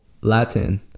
Latin